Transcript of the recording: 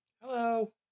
Hello